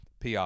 PR